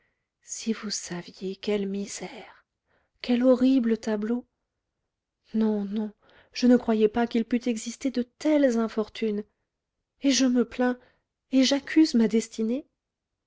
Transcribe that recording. si vous saviez quelle misère quel horrible tableau non non je ne croyais pas qu'il pût exister de telles infortunes et je me plains et j'accuse ma destinée